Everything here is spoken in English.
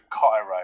Cairo